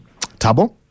Tabo